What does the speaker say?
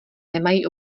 nemají